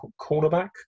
cornerback